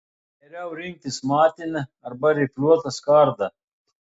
geriau rinktis matinę arba rifliuotą skardą